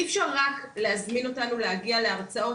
אי אפשר רק להזמין אותנו להגיע להרצאות,